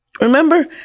Remember